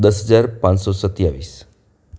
દસ હજાર પાંચસો સત્તાવીસ